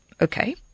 okay